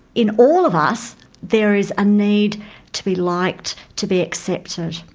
in all of us there is a need to be liked, to be accepted.